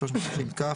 330כ,